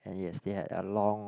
and yes they had a long